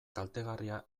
kaltegarria